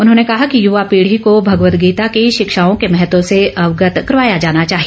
उन्होंने कहा कि युवा पीढ़ी को भगवद गीता की शिक्षाओं के महत्व से अवगत करवाया जाना चाहिए